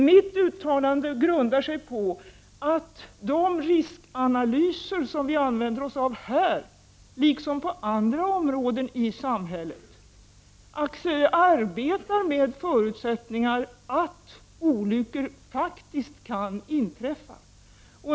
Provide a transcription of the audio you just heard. Mitt uttalande grundar sig på att de riskanalyser som vi använder oss av på detta område liksom på andra områden i samhället som förutsättning har att olyckor faktiskt kan inträffa.